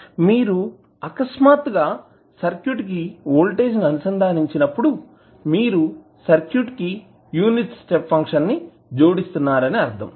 మీరు అకస్మాత్తుగా సర్క్యూట్కు వోల్టేజ్ని అనుసంధానించినప్పుడు మీరు సర్క్యూట్కు యూనిట్ స్టెప్ ఫంక్షన్ ను జోడిస్తున్నారని అర్థం